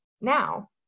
now